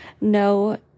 no